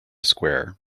square